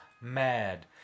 mad